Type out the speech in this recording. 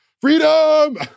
freedom